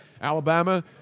Alabama